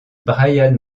brian